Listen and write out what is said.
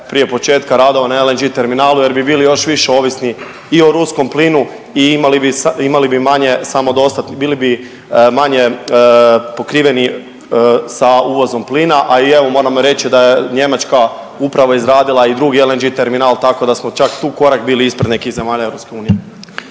prije početka radova na LNG terminalu jer bi bili još više ovisni i o ruskom plinu i imali bi manje samodostatni, bili bi manje pokriveni sa uvozom plina, a i evo, moramo reći da je Njemačka upravo izradila i drugi LNG terminal, tako da smo čak tu korak bili ispred nekih zemalja EU.